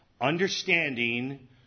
Understanding